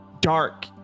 dark